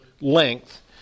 length